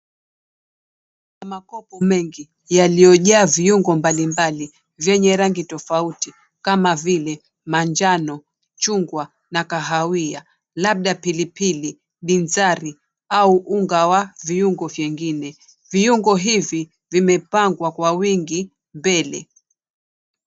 Makoko mengi yaliyojaa viungo mbalimbali vyenye rangi tofauti kama vile manjano, chungwa na kahawia labda pilipili, bizari au unga wa viungo vingine. Viungo hivi vimepangwa kwa wingi mbele.